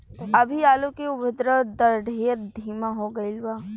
अभी आलू के उद्भव दर ढेर धीमा हो गईल बा